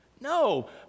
No